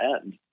end